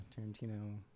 tarantino